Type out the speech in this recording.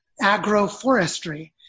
agroforestry